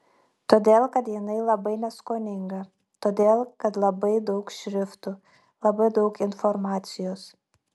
todėl kad jinai labai neskoninga todėl kad labai daug šriftų labai daug informacijos